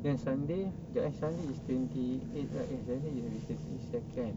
then sunday kejap sunday is twenty eight right eh sunday is twenty second